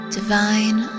divine